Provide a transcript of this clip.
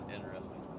interesting